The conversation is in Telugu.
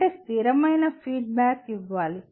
అంటే స్థిరమైన ఫీడ్బ్యాక్ ఇవ్వాలి